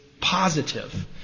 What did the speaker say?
positive